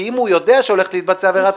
כי אם הוא כן יודע שהולכת להתבצע עבירת